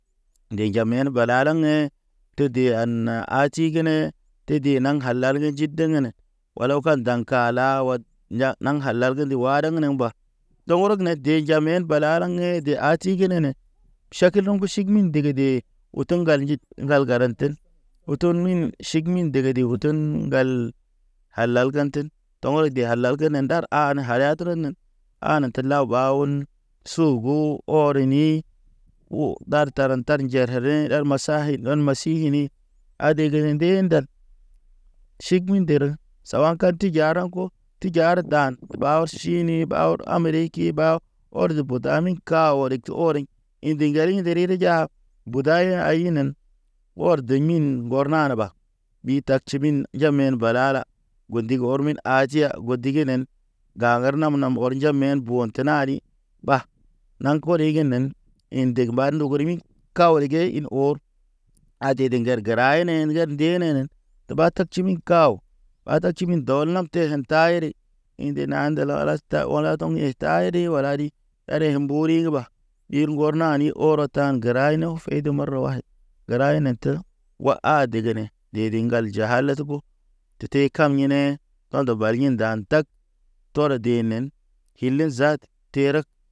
De njam hen balala to de an a ti ge ne, te de naŋ ha lal ji deen ne. Wala ka danka ɔd, ya naŋka largende wareŋ ne ba. Toŋgren ne de jame balaŋ le de a ti genene, ʃakelo̰ ge ʃigmin degede. Oto ŋgal njid ŋgal garanten. Oton min, ʃigmin degeden oten gal a lal ganten. Tɔŋgrɔje a lal kenen ndar ha na trenen an te lawba on suugu ɔrini. O ndar tara tar njarere erḛ ɗad ma sahid ɗɔn ma si ini. Adegene nde ndan ʃigmin dere sawanka ti jara ko ti jar ɗan, baw sini bawrə am reke baw. Ɔr de bo dami ka ɔretʃ ɔriŋ. In de ŋgariŋ deri de ja buda ye ayi nen. Ɔr de min bɔrna ɓa ɓi taktʃimin jamen balala, godiŋ ɔrmin ha tiya go diginen ga er nam- nam ɔr jamen ɓo naɗi ɓa. Naŋ kɔri ge nen in deg mba ndogo rimi. Kaw rege in or adede ŋger gəra ene ŋger de nene eɓa taktʃami kaw. Ɓa taktʃamin dɔ wal ta te hen ta ere in nde na ndel wala ta wala tɔŋ i ta iri wala ɗi. Arek ge mbori ge ɓa ɗir ŋgɔrnani oro tan, gəray no feydo marwayd gəray ne te. Wa a degene dede ŋgal ja alasko tete kam ini ɗɔl dɔ bari in ndan tag tɔre denen hile zat terek.